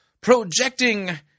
Projecting